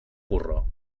porró